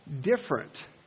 different